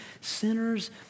sinners